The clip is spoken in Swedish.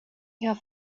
har